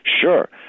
Sure